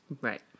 right